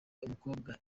umukobwa